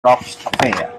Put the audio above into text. affair